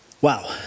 Wow